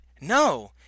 no